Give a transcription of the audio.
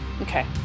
Okay